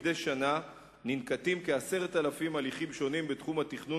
מדי שנה ננקטים כ-10,000 הליכים שונים בתחום התכנון